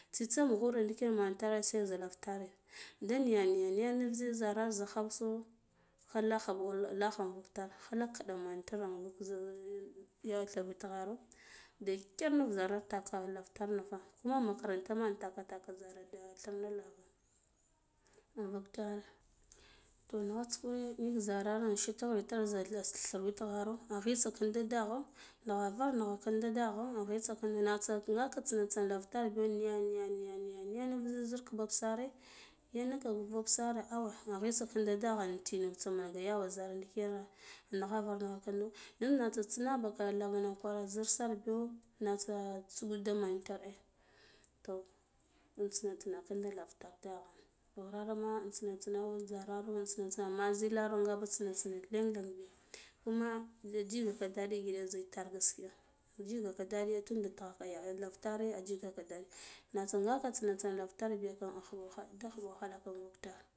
Tsitsa mughure ndiken man tare zilaf tare ade nya niya nya nuf zi zara za khauso kha lakha invak tar khalak kiɗa man itere ya tha witgharo dikker nir zara taka ku tar nafa kuna makaranta intaka take zara da thirna lava invak tire toh nughata ko ngik zorara in shitaghir za dhu in witgharo ghisa kinda dagho nughar var nugha kinda nake nga tsine tsina lava tare biya niya niya niya niya nut zil ka babsare yan naka vak baba sare awe ghisa kada daghene in tina tsa manga yawa zare ndikina nughara nugha kinda in nake tsa tsine baka kwara zir sa biyo natsa tsu diga men tare toh intine tsina kwa kinda tare daghan ghirarma intsino tsino zarama intsino tsino ammi zilara ngaka tsina lenlen bi kuma da jigaka dadi ji itar gaskiya jigaka daɗiya tunda taghga yare tare ajgaka daɗi nator ngaka tana tsina lava tar biyakam in khuɓ wahala da khub wakhala invak tar.